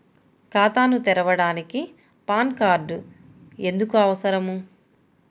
ఖాతాను తెరవడానికి PAN card ఎందుకు అవసరము?